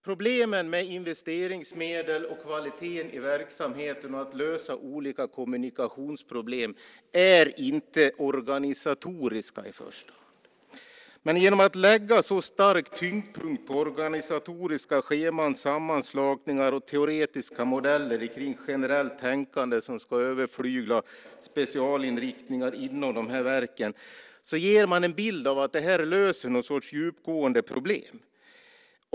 Problemen med investeringsmedel, kvaliteter i verksamheten och att lösa olika kommunikationsproblem är inte i första hand organisatoriska. Genom att lägga så stor tyngdpunkt på organisatoriska scheman, sammanslagningar och teoretiska modeller kring generellt tänkande som ska överflygla specialinriktningar inom dessa verk ger man en bild av att detta löser någon sorts djupgående problem.